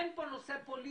אין פה לחלוטין נושא פוליטי.